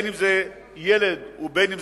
אם ילד ואם תינוק,